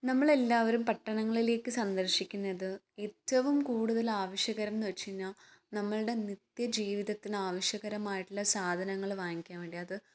നമ്മളെല്ലാവരും പട്ടണങ്ങളിലേക്ക് സന്ദർശിക്കുന്നത് ഏറ്റവും കൂടുതൽ ആവശ്യകരംന്ന് വെച്ച് കഴിഞ്ഞാൽ നമ്മളുടെ നിത്യജീവിതത്തിന് ആവശ്യകരമായിട്ടുള്ള സാധനങ്ങൾ വാങ്ങിക്കാൻ വേണ്ടിയത്